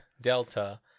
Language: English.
Delta